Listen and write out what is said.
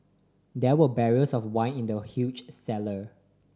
there were barrels of wine in the huge cellar